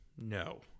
No